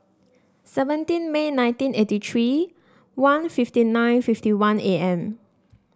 seventeen May nineteen eighty three one fifty nine fifty one A M